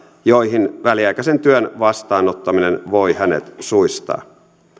joihin väliaikaisen työn vastaanottaminen voi hänet suistaa